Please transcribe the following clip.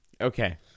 Okay